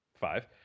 Five